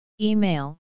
Email